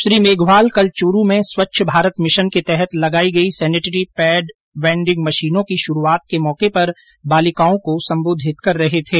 श्री मेघवाल कल चूरू में स्वच्छ भारत मिशन के तहत लगाई गई सेनेटरी पैड वेंडिंग मशीनों की शुरूआत के मौके पर बालिकाओं को संबोधित कर रहे थे